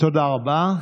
תודה רבה.